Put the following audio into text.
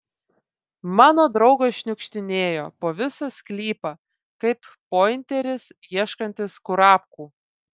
mano draugas šniukštinėjo po visą sklypą kaip pointeris ieškantis kurapkų